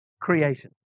creation